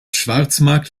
schwarzmarkt